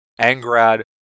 Angrad